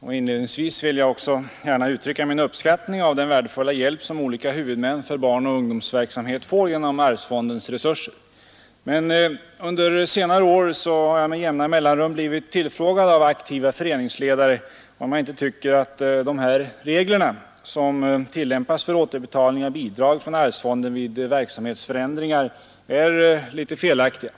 Inledningsvis vill jag också gärna uttrycka min uppskattning av den värdefulla hjälp som olika huvudmän för barnoch ungdomsverksamheten får genom arvsfondens resurser. Men under senare år har jag med jämna mellanrum blivit tillfrågad av aktiva föreningsledare, om inte de regler som tillämpas för återbetalning av bidrag från arvsfonden vid verksamhetsförändringar är något felaktiga.